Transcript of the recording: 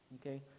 okay